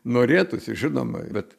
norėtųsi žinoma bet